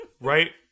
Right